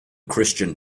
christian